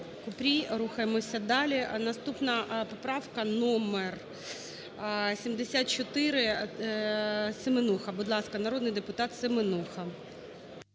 Купрій. Рухаємося далі. Наступна поправка номер 74, Семенуха. Будь ласка, народний депутат Семенуха.